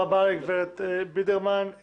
תודה רבה לגב' בידרמן.